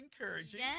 encouraging